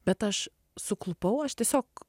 bet aš suklupau aš tiesiog